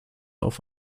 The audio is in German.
auf